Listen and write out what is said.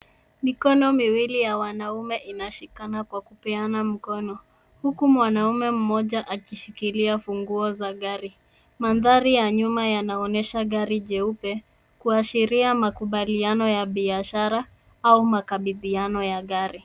Mikono miwili ya wanaume inashikana kwa kupeana mkono huku mwanamume mmoja akishikilia funguo za gari. Mandhari ya nyuma yanaonyesha gari jeupe, kuashiria makubaliano ya biashara au makabidhiano ya gari.